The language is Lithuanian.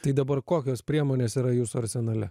tai dabar kokios priemonės yra jūsų arsenale